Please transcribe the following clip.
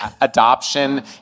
adoption